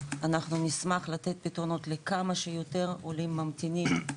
אנחנו נשמח לתת פתרונות לכמה שיותר עולים ממתינים,